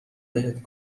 بهت